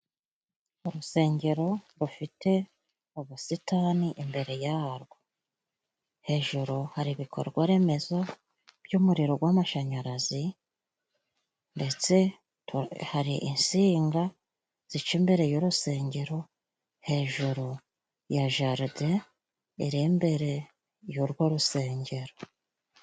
Urusengero rufite ubusitani imbere yarwo, hejuru hari ibikorwa remezo by'umuriro gw'amashanyarazi, ndetse hari insinga zica imbere y'urusengero hejuru ya jaride iri imbere y'urwo rusengero.